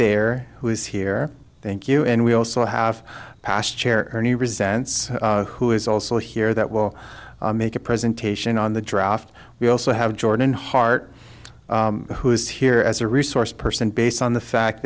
thayer who has here thank you and we also have past chair ernie resents who is also here that will make a presentation on the draft we also have jordan hart who is here as a resource person based on the fact